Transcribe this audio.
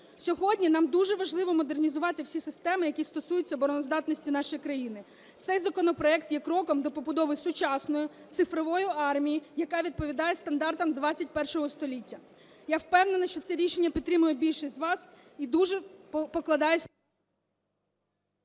Сьогодні нам дуже важливо модернізувати всі системи, які стосуються обороноздатності нашої країни. Цей законопроект є кроком до побудови сучасної цифрової армії, яка відповідає стандартам ХХІ століття. Я впевнена, що це рішення підтримає більшість із вас, і дуже покладаюся… ГОЛОВУЮЧИЙ.